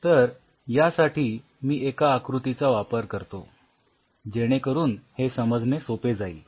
तर यासाठी मी एका आकृतीचा वापर करतो जेणे करून हे समजणे सोपे जाईल